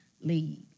lead